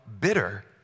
bitter